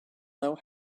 know